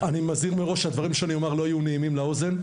אני מזהיר מראש שהדברים שאומר לא עומדים להיות נעימים לאוזן.